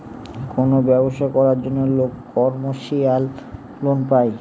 কোনো ব্যবসা করার জন্য লোক কমার্শিয়াল লোন পায়